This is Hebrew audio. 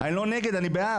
אני לא נגד, אני בעד.